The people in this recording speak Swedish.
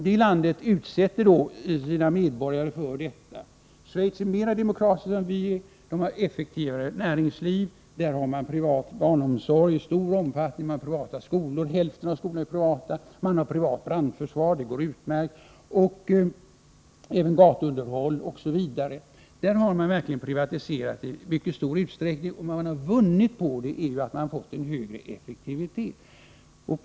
Det landet ”utsätter” sina medborgare för detta. Schweiz är mera demokratiskt än vårt land. Där har man ett effektivare näringsliv. Man har privat barnomsorg och i stor omfattning privata skolor — hälften av skolorna är privata. Man har också privat brandförsvar — och det går utmärkt — och även gatuunderhåll osv. I Schweiz har man verkligen privatiserat i mycket stor utsträckning. Det man vunnit är en högre effektivitet.